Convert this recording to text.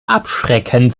abschrecken